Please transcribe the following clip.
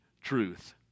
truth